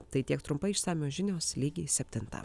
tai tiek trumpai išsamios žinios lygiai septintą